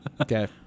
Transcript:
Okay